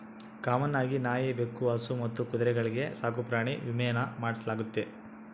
common ಆಗಿ ನಾಯಿ, ಬೆಕ್ಕು, ಹಸು ಮತ್ತು ಕುದುರೆಗಳ್ಗೆ ಸಾಕುಪ್ರಾಣಿ ವಿಮೇನ ಮಾಡಿಸಲಾಗ್ತತೆ